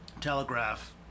telegraph